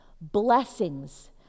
blessings